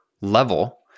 level